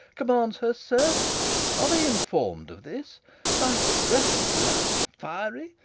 commands her service are they inform'd of this my breath and blood fiery?